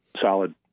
solid